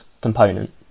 component